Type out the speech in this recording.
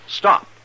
stop